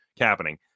happening